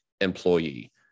employee